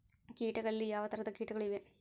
ಕೇಟಗಳಲ್ಲಿ ಯಾವ ಯಾವ ತರಹದ ಕೇಟಗಳು ಇವೆ?